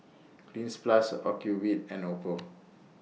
Cleanz Plus Ocuvite and Oppo